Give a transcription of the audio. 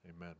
Amen